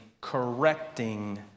correcting